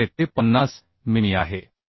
त्यामुळे ते 50 मिमी आहे